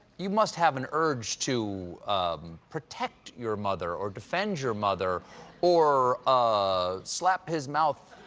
you must have an urge to um protect your mother or defend your mother or um slap his mouth